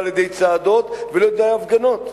לא על-ידי צעדות ולא על-ידי הפגנות.